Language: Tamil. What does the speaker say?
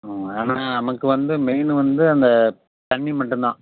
ம் அதனால நமக்கு வந்து மெயின்னு வந்து அந்த தண்ணி மட்டும் தான்